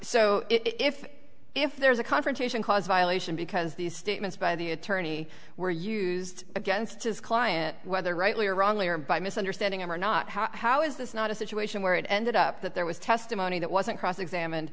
so if if there's a confrontation clause violation because these statements by the attorney were used against his client whether rightly or wrongly or by misunderstanding or not how is this not a situation where it ended up that there was testimony that wasn't cross examined